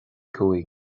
cúig